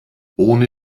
ohne